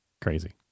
Crazy